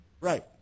Right